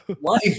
Life